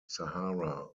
sahara